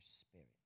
spirit